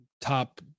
top